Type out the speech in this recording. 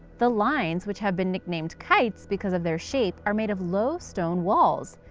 the lines, which have been nicknamed kites because of their shape, are made of low stone walls.